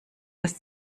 das